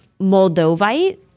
moldovite